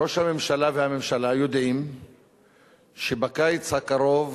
ראש הממשלה והממשלה יודעים שבקיץ הקרוב